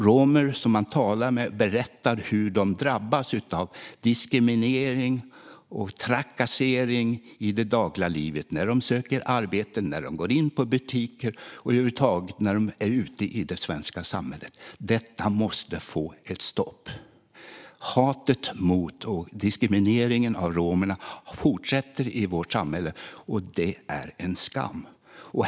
Romer som man talar med berättar hur de drabbas av diskriminering och trakasserier i det dagliga livet när de söker arbete, när de går in i butiker och över huvud taget när de är ute i det svenska samhället. Detta måste få ett stopp. Hatet mot och diskrimineringen av romerna fortsätter i vårt samhälle, och det är en skam.